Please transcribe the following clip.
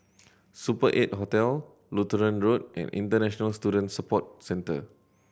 Super Eight Hotel Lutheran Road and International Student Support Centre